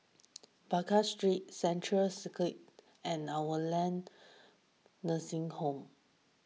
Baker Street Central Circus and Our Lady Nursing Home